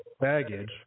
baggage